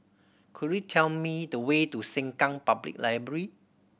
could you tell me the way to Sengkang Public Library